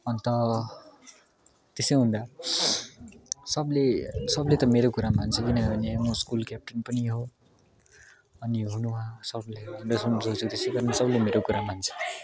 अन्त त्यस्तो हुँदा सबले सबले त मेरो कुरा मान्छ पनि मो स्कुल क्यापटन पनि हो अनि हुनु हा सबले सबले मेरो कुरा मान्छ